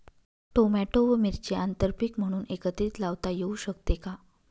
Tomato व मिरची आंतरपीक म्हणून एकत्रित लावता येऊ शकते का?